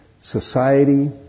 society